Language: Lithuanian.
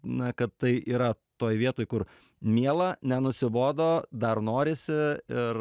na kad tai yra toj vietoj kur miela nenusibodo dar norisi ir